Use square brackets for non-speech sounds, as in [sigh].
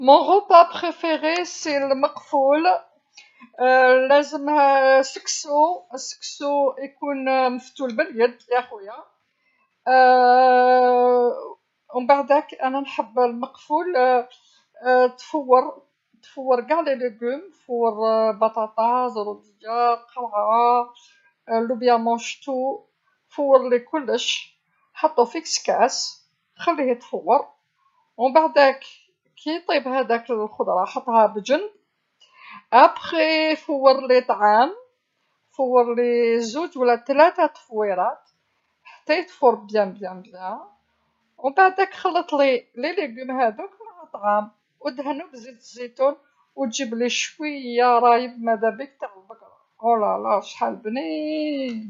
طعامي المفضل هو المقفول، [hesitation] لازمها [hesitation] سكسو، آسكسو يكون مفتول باليد يا خويا، [hesitation] ومن بعداك أنا نحب المقفول [hesitation] تفور تفور قاع الخضر تفور بطاطا زروديه قرعه لوبيا موشطو، فورلي كلش، حطو في كسكاس، خليه يتفور، ومن بعداك كي يطيب هذاك الخضرا حطها بجنب، بعد ذلك فورلي الطعام، فورلي [hesitation] زوج ولا تلاته تفويرات، حتى يتفور جيدا جيدا جيدا، ومن بعداك خلطلي الخضر هذوك مع طعام وادهنو بزيت الزيتون وتجيبلي شويه رايب مدابيك تاع البقره أولالا شحال بنين.